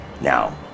Now